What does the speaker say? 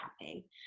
happy